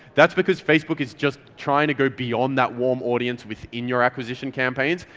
that's because facebook is just trying to go beyond that warm audience within your acquisition campaigns,